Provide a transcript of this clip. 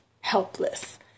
helpless